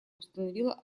установила